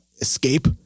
escape